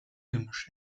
gemisch